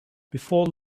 before